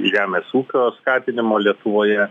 žemės ūkio skatinimo lietuvoje